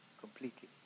Completely